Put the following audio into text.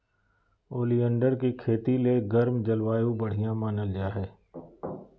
oleander के खेती ले गर्म जलवायु बढ़िया मानल जा हय